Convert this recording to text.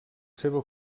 seva